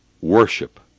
worship